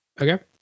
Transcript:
Okay